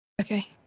Okay